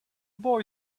boy